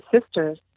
sisters